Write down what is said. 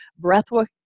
breathwork